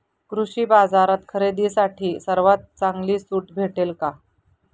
कृषी बाजारात खरेदी करण्यासाठी सर्वात चांगली सूट भेटेल का?